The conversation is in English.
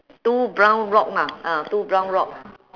two brown rock lah ah two brown rock